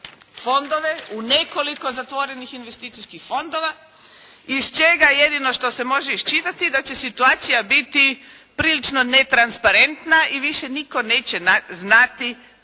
fondove, u nekoliko zatvorenih investicijskih fondova, iz čega jedino što se može iščitati da će situacija biti prilično netransparentna i više nitko neće znati